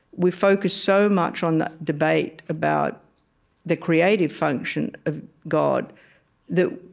we focus so much on the debate about the creative function of god that,